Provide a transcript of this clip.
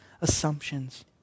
assumptions